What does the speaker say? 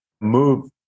move